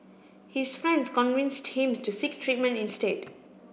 his friends convinced him to seek treatment instead